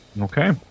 Okay